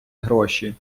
гроші